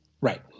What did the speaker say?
Right